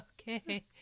okay